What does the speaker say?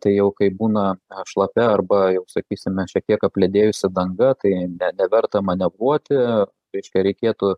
tai jau kai būna šlapia arba jau sakysime šiek tiek apledėjusi danga tai ne neverta manevruoti reiškia reikėtų